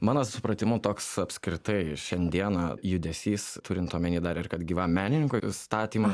mano supratimu toks apskritai šiandieną judesys turint omeny dar ir kad gyvam menininkui statymas